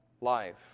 life